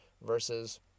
versus